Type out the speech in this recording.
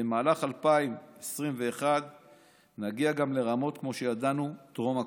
במהלך 2021 נגיע גם לרמות כמו שידענו טרום הקורונה.